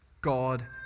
God